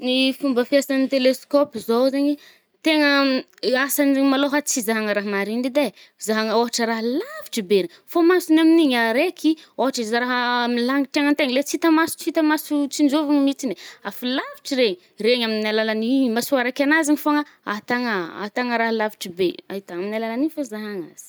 Ny fomba fiasàn’ny téléscope zao zaigny, tegna i asany zaigny malôha tsy izahhagna raha marigny redy e, zahàgna ôhatra raha alavitry be re. Fô masony amin’igny areky i. Ôhatra izaha raha amy lagnitry agny antegna, le tsy ita maso ,tsy ita maso tsinjôvigny mitsigny, a fo lavitry re. Regny aminy alalan’ny i maso areky anazy igny fôgna ahitagna ahitagna raha lavitry be, ahità aminy alalan’igny fô zahàgna azy.